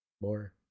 more